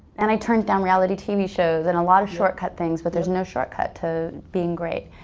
and i turned down reality tv shows and a lot of shortcut things but there's no shortcut to being great.